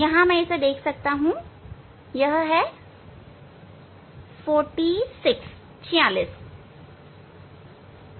यहां मैं देख सकता हूं यह 46 है